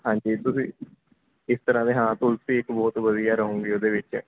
ਹਾਂਜੀ ਤੁਸੀਂ ਇਸ ਤਰ੍ਹਾਂ ਦੇ ਹਾਂ ਤੁਲਸੀ ਇੱਕ ਬਹੁਤ ਵਧੀਆ ਰਹੋਗੇ ਉਹਦੇ ਵਿੱਚ